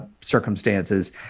circumstances